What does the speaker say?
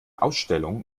ausstellung